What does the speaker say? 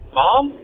mom